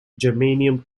germanium